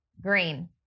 green